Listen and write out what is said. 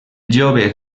jove